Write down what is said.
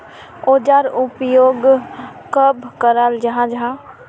औजार उपयोग कब कराल जाहा जाहा?